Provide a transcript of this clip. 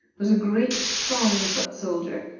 was a great, strong foot soldier,